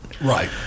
Right